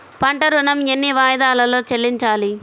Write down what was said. పంట ఋణం ఎన్ని వాయిదాలలో చెల్లించాలి?